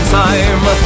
time